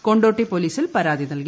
കൊണ്ടോട്ടി പൊലീസിൽ പരാതി നീൽകി